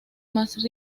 más